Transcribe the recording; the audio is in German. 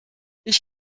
ich